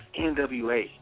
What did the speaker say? NWA